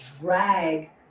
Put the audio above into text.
drag